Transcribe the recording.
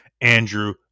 Andrew